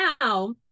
now